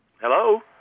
hello